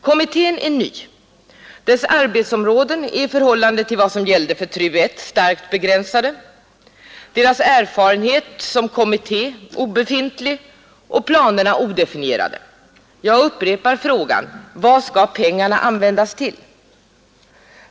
Kommittén är ny, dess arbetsområden är i förhållande till vad som gällde för TRU I starkt begränsade, dess erfarenhet som kommitté obefintlig och planerna odefinierade — jag upprepar frågan: Vad skall pengarna användas till?